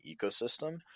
ecosystem